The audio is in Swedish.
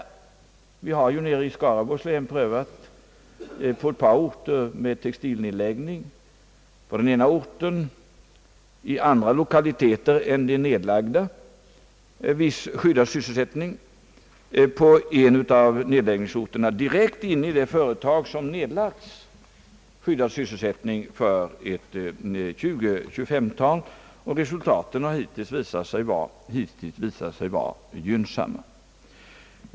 Vi har i Skaraborgs län på ett par orter, där industrinedläggning förekommit, prövat på att bereda viss skyddad sysselsättning — på en ort i andra lokaliteter än det nedlagda företagets och på en annan av nedläggningsorterna direkt på det nedlagda företaget. Det har gällt 20—25 personer, och resultaten har hittills visat sig vara gynnsamma.